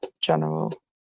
general